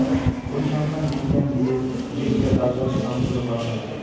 পরিসংখ্যান বিজ্ঞান দিয়ে যে গিলা চাষবাস কাম গুলা করাং হই